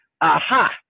aha